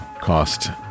cost